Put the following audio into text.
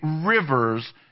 rivers